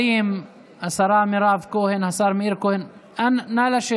אני פותח פה את סדרת הנאומים אל תוך הלילה,